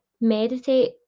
Meditate